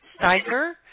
Steiger